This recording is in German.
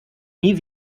nie